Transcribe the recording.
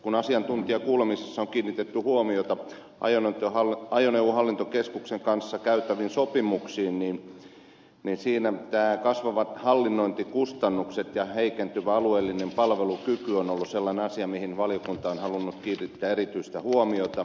kun asiantuntijakuulemisessa on kiinnitetty huomiota ajoneuvohallintokeskuksen kanssa tehtäviin sopimuksiin niin siinä nämä kasvavat hallinnointikustannukset ja heikentyvä alueellinen palvelukyky ovat olleet sellainen asia mihin valiokunta on halunnut kiinnittää erityistä huomiota